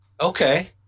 Okay